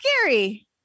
scary